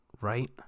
right